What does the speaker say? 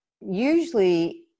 usually